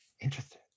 interesting